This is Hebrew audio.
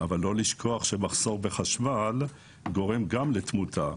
אבל לא לשכוח שגם מחסור בחשמל גורם לתמותה.